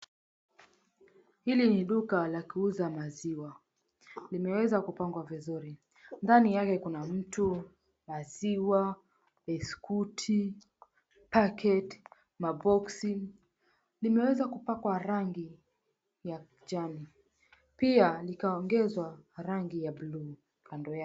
Hili ni duka la kuuza maziwa. Limeweza kupangwa vizuri. Ndani yake kuna mtu, maziwa, biskuti, packet , maboksi. Limeweza kupakwa rangi ya kijani pia likaongezwa rangi ya buluu kando yake.